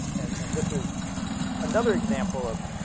and and this is another example of.